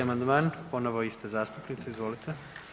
amandman ponovo ista zastupnica, izvolite.